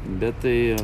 bet tai